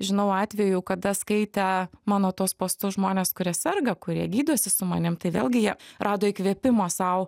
žinau atvejų kada skaitę mano tuos postus žmonės kurie serga kurie gydosi su manim tai vėlgi jie rado įkvėpimo sau